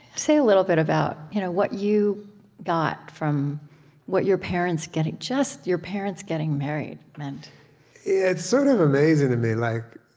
say a little bit about you know what you got from what your parents just your parents getting married meant it's sort of amazing to me. like